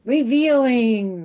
Revealing